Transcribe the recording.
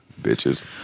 Bitches